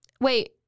Wait